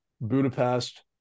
Budapest